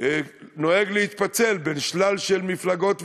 שנוהג להתפצל בין שלל מפלגות ודעות,